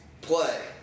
play